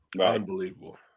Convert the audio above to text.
Unbelievable